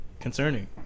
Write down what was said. concerning